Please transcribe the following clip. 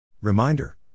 Reminder